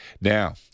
Now